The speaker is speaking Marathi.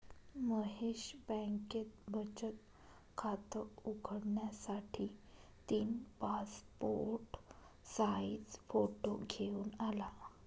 महेश बँकेत बचत खात उघडण्यासाठी तीन पासपोर्ट साइज फोटो घेऊन आला